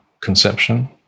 conception